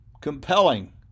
compelling